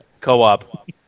Co-op